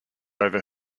over